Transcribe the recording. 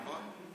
נכון.